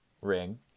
ring